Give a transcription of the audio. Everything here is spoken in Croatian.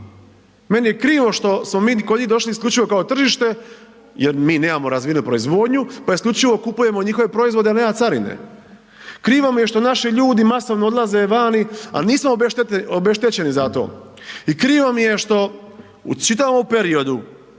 meni je krivo što smo mi kod njih došli isključivo kao tržište jer mi nemamo razvijenu proizvodnju, pa isključivo kupujemo njihove proizvode, a nema carine. Krivo mi je što naši ljudi masovno odlaze vani, a nismo obeštećeni za to i krivo mi je što u čitavom periodu